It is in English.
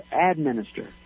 administer